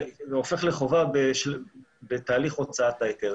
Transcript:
הופך לחובה בתהליך הוצאת ההיתר,